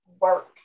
work